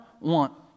want